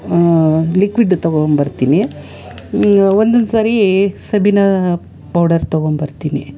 liquid ತೊಗೊಂಡ್ಬರ್ತೀನಿ ಒಂದೊಂದ್ಸರೀ Sabena powder ತೊಗೊಂಡ್ಬರ್ತೀನಿ